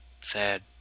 sad